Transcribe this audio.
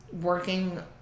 working